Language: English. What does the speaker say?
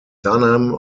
dunham